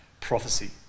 prophecy